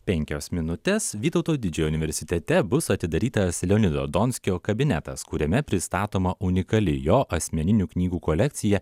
penkios minutes vytauto didžiojo universitete bus atidarytas leonido donskio kabinetas kuriame pristatoma unikali jo asmeninių knygų kolekcija